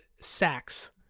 sacks